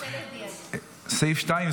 סעיף 2,